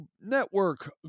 network